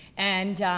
and,